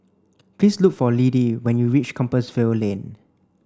please look for Liddie when you reach Compassvale Lane